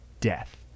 death